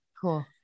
cool